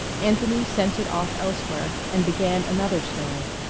anthony sent it off elsewhere and began another story.